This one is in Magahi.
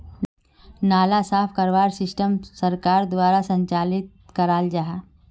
नाला साफ करवार सिस्टम सरकार द्वारा संचालित कराल जहा?